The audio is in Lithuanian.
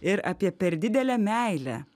ir apie per didelę meilę